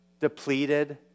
depleted